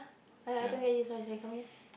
!aiya! I don't get you sorry sorry come again